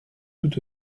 tout